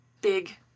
big